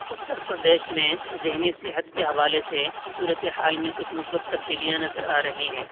اتر پردیش میں ذہنی صحت کے حوالے سے صورت حال میں کچھ مثبت تبدیلیاں نظر آ رہی ہیں